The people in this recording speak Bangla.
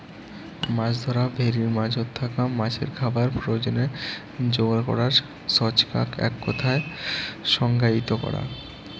মাছ ধরা ভেরির মাঝোত থাকা মাছের খাবার প্রয়োজনে যোগার করার ছচকাক এককথায় সংজ্ঞায়িত করা